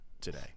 today